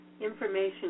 information